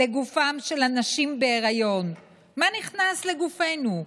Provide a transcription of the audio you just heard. לגופן של נשים בהיריון, מה נכנס לגופנו,